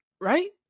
right